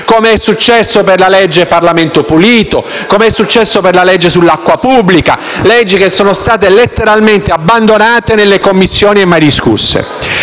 com'è successo per la legge Parlamento pulito, com'è successo per la legge sull'acqua pubblica, leggi che sono state letteralmente abbandonate nelle Commissioni e mai discusse.